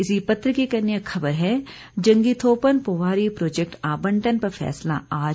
इसी पत्र की एक अन्य खबर है जंगी थोपन पोवारी प्राजेक्ट आबंटन पर फैसला आज